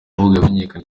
yamenyekanye